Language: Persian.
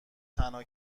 تنها